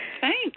Thanks